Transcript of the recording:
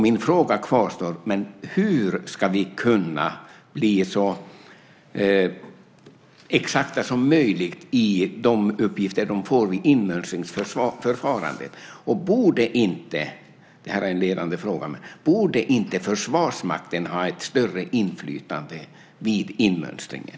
Min fråga kvarstår: Hur ska man kunna bli så exakt som möjligt i fråga om de uppgifter som de får vid inmönstringsförfarandet? Borde inte - det här är en ledande fråga - Försvarsmakten ha ett större inflytande vid inmönstringen?